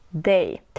day